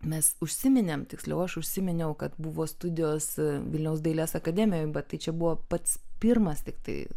mes užsiminėm tiksliau aš užsiminiau kad buvo studijos vilniaus dailės akademijoj bet tai čia buvo pats pirmas tiktai